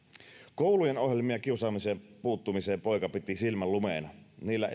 koulujen ohjelmia kiusaamiseen puuttumiseen poika piti silmänlumeena niillä